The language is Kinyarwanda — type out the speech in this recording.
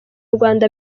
rwanda